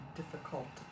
difficult